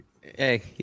hey